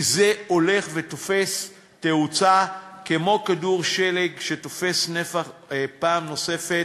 כי זה הולך ותופס תאוצה כמו כדור שלג שתופס נפח פעם נוספת,